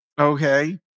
okay